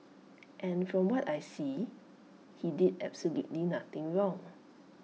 and from what I see he did absolutely nothing wrong